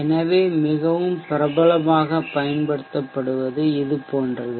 எனவே மிகவும் பிரபலமாகப் பயன்படுத்தப்படுவது இது போன்றது